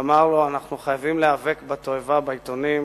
ואמר לו: אנחנו חייבים להיאבק בתועבה בעיתונים,